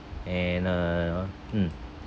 and uh mm